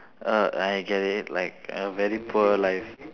err I get it like a very poor life